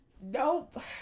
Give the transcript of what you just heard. Nope